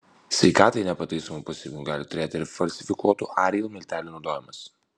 sveikatai nepataisomų pasekmių gali turėti ir falsifikuotų ariel miltelių naudojimas